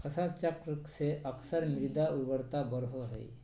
फसल चक्र से अक्सर मृदा उर्वरता बढ़ो हइ